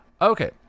Okay